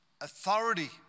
authority